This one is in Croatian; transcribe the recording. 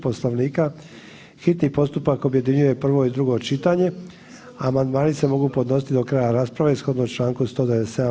Poslovnika hitni postupak objedinjuje prvo i drugo čitanje, a amandmani se mogu podnositi do kraja rasprave, sukladno članku 197.